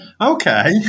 Okay